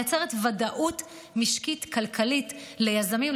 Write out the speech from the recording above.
מייצרת ודאות משקית כלכלית ליזמים,